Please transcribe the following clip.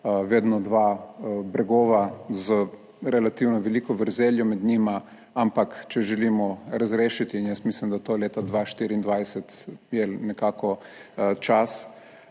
vedno dva bregova z relativno veliko vrzeljo med njima, ampak če želimo razrešiti in jaz mislim, da to je leta 2024, je nekako čas,